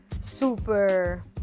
super